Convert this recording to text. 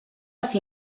ser